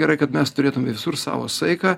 gerai kad mes turėtume visur savo saiką